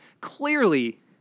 Clearly